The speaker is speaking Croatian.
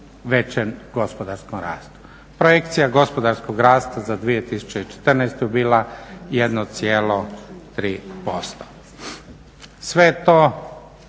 većem gospodarskom rastu. Projekcija gospodarskog rasta za 2014. je bila 1,3%. Sve je